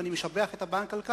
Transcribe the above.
ואני משבח את הבנק על כך.